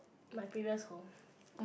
my previous home